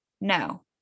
No